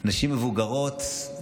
נשים מבוגרות,